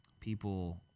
people